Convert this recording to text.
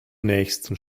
nächsten